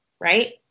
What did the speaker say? right